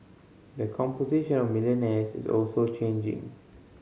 the composition of millionaires is also changing